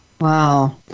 wow